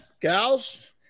gals